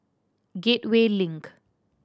Gateway Link